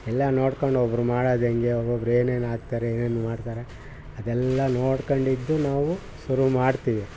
ಎಲ್ಲ ನೋಡ್ಕೊಂಡು ಒಬ್ಬರು ಮಾಡದು ಹೆಂಗೆ ಒಬೊಬ್ರು ಏನೇನು ಹಾಕ್ತರೆ ಏನೇನು ಮಾಡ್ತಾರೆ ಅದೆಲ್ಲ ನೋಡ್ಕೊಂಡಿದ್ದು ನಾವು ಶುರು ಮಾಡ್ತೀವಿ